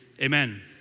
amen